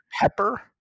pepper